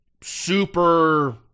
super